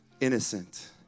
innocent